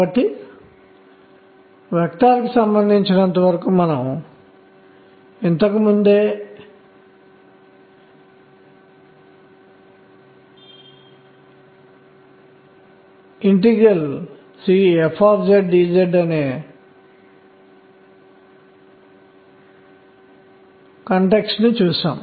కాబట్టి మన దగ్గర ఇప్పుడు 3 క్వాంటం సంఖ్యలు nrnn ఉన్నాయి దీన్ని nrnnn nnk అని పిలుద్దాం